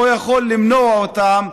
או יכול למנוע אותן.